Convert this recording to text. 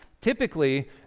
Typically